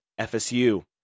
FSU